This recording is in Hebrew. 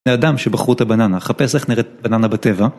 לאדם שבחרו את הבננה, חפש איך נראית בננה בטבע.